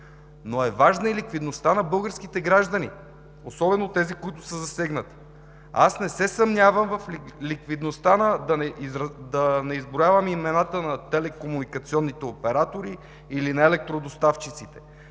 но е важна и ликвидността на българските граждани, особено тези, които са засегнати. Аз не се съмнявам в ликвидността, да не изброявам имената на телекомуникационните оператори или на електродоставчиците,